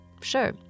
sure